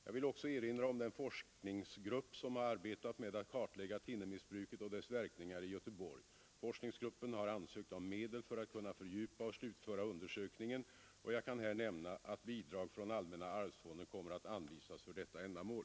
Jag vill också erinra om den forskningsgrupp som har arbetat med att kartlägga thinnermissbruket och dess verkningar i Göteborg. Forskningsgruppen har ansökt om medel för att kunna fördjupa och slutföra undersökningen, och jag kan här nämna att bidrag från allmänna arvsfonden kommer att anvisas för detta ändamål.